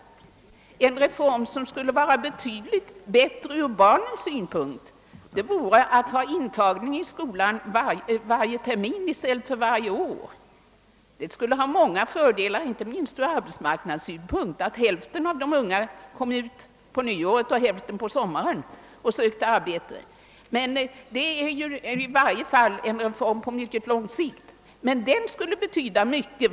En reform som skulle vara betydligt bättre ur barnens synpunkt vore alt ha intagning i skolan varje termin i stället för varje år. Detta skulle ha många fördelar, inte minst ur arbetsmarknadssynpunkt. Hälften av de unga skulle då sluta skolan på nyåret och hälften på sommaren. Detta är naturligtvis en reform på mycket lång sikt, men den skulle som sagt betyda mycket.